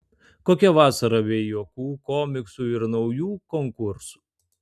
kokia vasara be juokų komiksų ir naujų konkursų